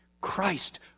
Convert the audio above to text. Christ